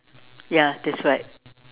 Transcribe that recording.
ya that's right